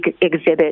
exhibit